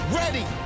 ready